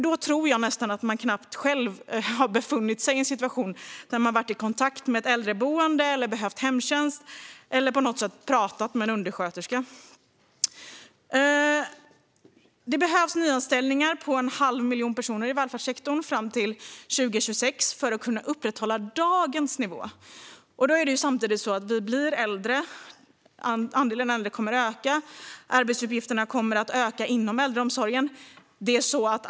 Då tror jag att man knappt har varit i en situation där man har haft kontakt med ett äldreboende, behövt hemtjänst eller pratat med en undersköterska. Det behövs nyanställningar på en halv miljon personer i välfärdssektorn fram till 2026 för att kunna upprätthålla dagens nivå. Samtidigt blir vi äldre; andelen äldre kommer att öka. Arbetsuppgifterna kommer att öka inom äldreomsorgen.